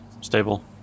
stable